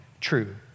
true